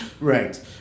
Right